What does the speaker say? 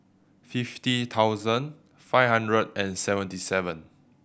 fifty thousand five hundred and seventy seven